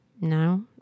no